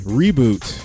reboot